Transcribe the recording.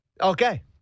Okay